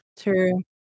True